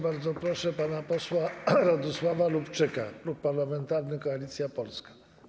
Bardzo proszę pana posła Radosława Lubczyka, Klub Parlamentarny Koalicja Polska.